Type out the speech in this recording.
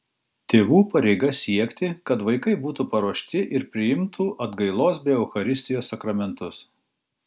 tėvų pareiga siekti kad vaikai būtų paruošti ir priimtų atgailos bei eucharistijos sakramentus